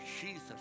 Jesus